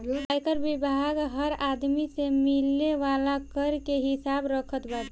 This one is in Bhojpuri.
आयकर विभाग हर आदमी से मिले वाला कर के हिसाब रखत बाटे